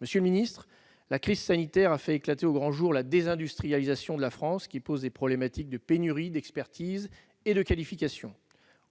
Monsieur le secrétaire d'État, la crise sanitaire a fait éclater au grand jour la désindustrialisation de la France, ce qui pose des problématiques de pénurie, d'expertise et de qualification.